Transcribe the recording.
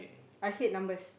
I hate numbers